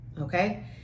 okay